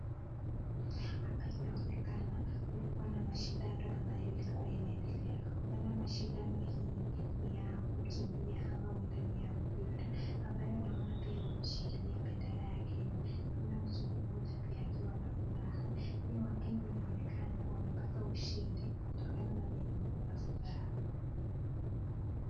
Hapa inaonekana kulikuwa na mashindano ambayo ilikuwa inaendelea. Huenda mashindano hii ni ya kukimbia ama huenda ni ya mbira ambayo naona pia wameshikilia bendera ya Kenya. Naona mzungu mmoja pia akiwa na furaha. Pia wakenya inaonekana wamepata ushindi kutokana na fenye wako na furaha.